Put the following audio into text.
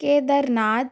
Kedarnath